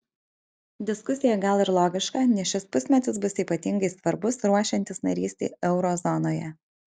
diskusija gal ir logiška nes šis pusmetis bus ypatingai svarbus ruošiantis narystei euro zonoje